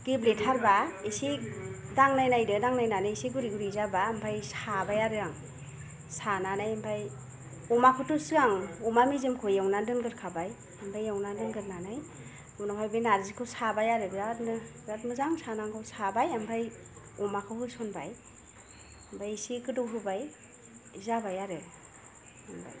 गेब्लेथारबा एसे दांनायनायदो दांनायनानै एसे गुरै गुरै जाबा आमफाय साबाय आरो आं सानानै ओमफाय अमाखौथ' सिगां अमा मेजेमखौ एवनानै दोनगोरखाबाय ओमफाय एवना दोनगोरनानै उनावहाय बे नारजिखौ साबाय आरो बिरादनो बिराद मोजां सानांगौ साबाय आमफाय अमाखौ होसनबाय आमफाय एसे गोदौहोबाय जाबाय आरो